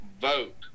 vote